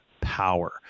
power